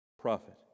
Prophet